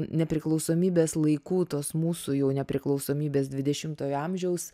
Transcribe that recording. nepriklausomybės laikų tos mūsų jau nepriklausomybės dvidešimtojo amžiaus